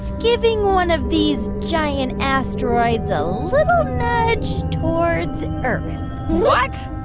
giving one of these giant asteroids a little nudge towards earth what?